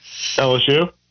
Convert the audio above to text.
LSU